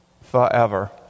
forever